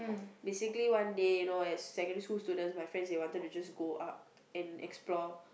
basically one day you know as secondary school students my friends they wanted to just go up and explore